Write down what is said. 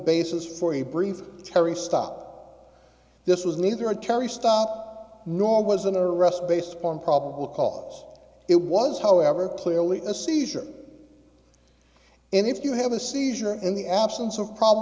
basis for a brief terry stop this was neither a terry stop nor was an arrest based upon probable cause it was however clearly a seizure and if you have a seizure in the absence of problem